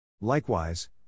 Likewise